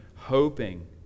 Hoping